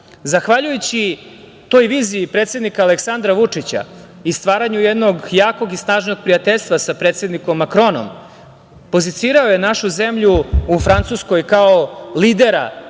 Zahvaljujući toj viziji predsednika Aleksandra Vučića i stvaranju jednog jakog i snažnog prijateljstva sa predsednikom Makronom, pozicirao je našu zemlju u Francuskoj kao lidera